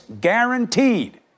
guaranteed